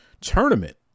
tournament